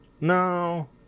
no